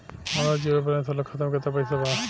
हमार zero balance वाला खाता में केतना पईसा बा?